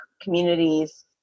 communities